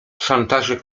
szantaże